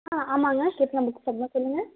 ஆ ஆமாம்ங்க book store தான் சொல்லுங்க